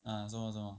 ah 什么什么